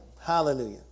Hallelujah